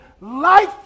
Life